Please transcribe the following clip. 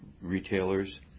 retailers